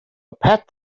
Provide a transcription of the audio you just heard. pet